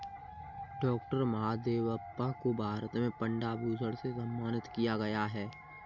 doctor Mahadevappa को भारत में पद्म भूषण से सम्मानित किया गया है